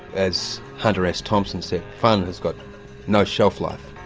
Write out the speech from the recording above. as hunter s thompson said, fun has got no shelflife,